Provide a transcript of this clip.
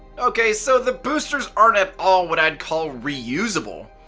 okay, so the boosters aren't at all what i'd call reusable,